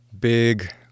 big